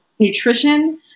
nutrition